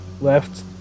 left